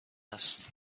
هست